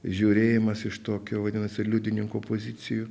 žiūrėjimas iš tokio vadinasi liudininko pozicijų